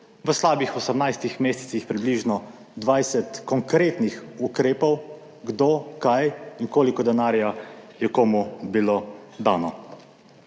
V slabih 18 mesecih približno 20 konkretnih ukrepov, kdo, kaj in koliko denarja je komu bilo dano.